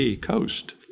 COAST